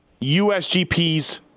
USGPs